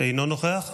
אינו נוכח.